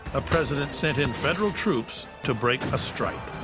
a president sent in federal troops to break a strike.